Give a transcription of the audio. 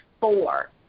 four